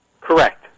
Correct